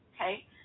okay